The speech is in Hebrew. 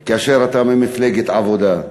חוק כזה כאשר אתה ממפלגת העבודה.